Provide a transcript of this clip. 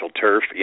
turf